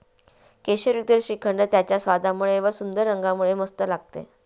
केशरयुक्त श्रीखंड त्याच्या स्वादामुळे व व सुंदर रंगामुळे मस्त लागते